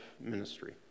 ministry